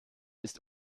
ist